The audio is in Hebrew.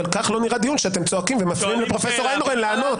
אבל כך לא נראה דיון כשאתם צועקים ומפריעים לפרופ' איינהורן לענות.